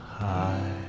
high